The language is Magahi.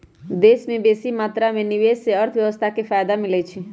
देश में बेशी मात्रा में निवेश से अर्थव्यवस्था को फयदा मिलइ छइ